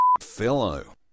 fellow